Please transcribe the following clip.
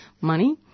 money